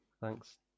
Thanks